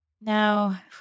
now